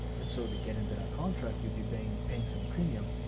and so to get into that contract, you'd be being, paying some premium.